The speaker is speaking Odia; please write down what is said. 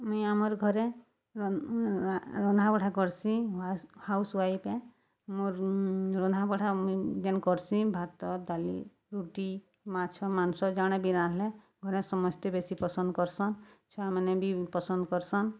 ମୁଇଁ ଆମର୍ ଘରେ ରନ୍ଧାବଢ଼ା କର୍ସି ହାଉସ୍ୱାଇଫ୍ ଏ ମୋର୍ ରନ୍ଧା ବଢ଼ା ଯେନ୍ କର୍ସି ଭାତ ଦାଲି ରୁଟି ମାଛ ମାଂସ ଜାଣା ବି ରାନ୍ଧ୍ଲେ ଘରେ ସମସ୍ତେ ବେଶୀ ପସନ୍ଦ୍ କର୍ସନ୍ ଛୁଆମାନେ ବି ପସନ୍ଦ୍ କର୍ସନ୍